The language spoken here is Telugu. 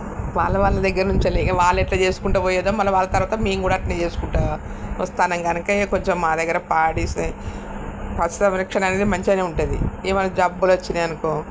వాళ్ళ వాళ్ళ దగ్గర నుంచే వాళ్ళు ఎట్లా చేసుకుంటూ పోయారో మళ్ళీ వాళ్ళ తర్వాత మేము కూడా అలానే చేసుకుంటూ వస్తాన్నాము కనుక కొంచెం మా దగ్గర పాడి సె పశు సంరక్షణ అనేది మంచిగానే ఉంటుంది ఏమన్నా జబ్బులు వచ్చినాయి అనుకో